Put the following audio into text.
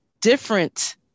different